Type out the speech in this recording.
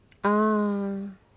ah